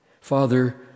Father